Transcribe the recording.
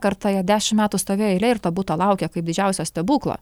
kartoje dešim metų stovėjo eilėj ir to buto laukė kaip didžiausio stebuklo